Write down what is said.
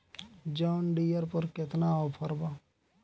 John Deere पर केतना offer बा?